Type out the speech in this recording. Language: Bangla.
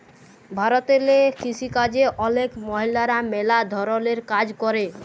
ভারতেল্লে কিসিকাজে অলেক মহিলারা ম্যালা ধরলের কাজ ক্যরে